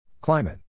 Climate